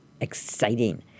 Exciting